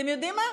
אתם יודעים מה,